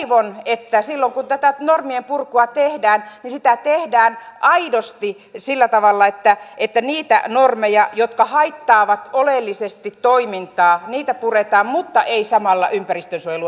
toivon että silloin kun tätä normien purkua tehdään sitä tehdään aidosti sillä tavalla että niitä normeja jotka haittaavat oleellisesti toimintaa puretaan mutta ei samalla ympäristönsuojelua heikennetä